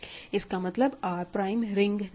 इसका मतलब R prime ring नहीं है